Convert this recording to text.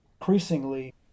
increasingly